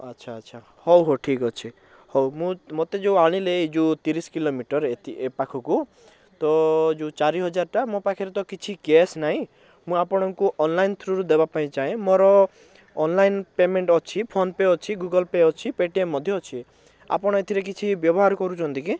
ଆଚ୍ଛା ଆଚ୍ଛା ହଉ ହଉ ଠିକ୍ ଅଛି ହଉ ମୁଁ ମୋତେ ଯେଉଁ ଆଣିଲେ ଏ ଯେଉଁ ତିରିଶ କିଲୋମିଟର ଏଇ ପାଖକୁ ତ ଯେଉଁ ଚାରିହଜାରଟା ମୋ ପାଖରେ ତ କିଛି କ୍ୟାଶ୍ ନାହିଁ ମୁଁ ଆପଣଙ୍କୁ ଅନଲାଇନ୍ ଥ୍ରୁ'ରୁ ଦେବା ପାଇଁ ଚାହେଁ ମୋର ଅନଲାଇନ୍ ପେମେଣ୍ଟ ଅଛି ଫୋନ ପେ ଅଛି ଗୁଗୁଲ୍ ପେ ଅଛି ପେ ଟି ଏମ୍ ମଧ୍ୟ ଅଛି ଆପଣ ଏଥିରେ କିଛି ବ୍ୟବହାର କରୁଛନ୍ତି କି